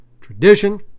tradition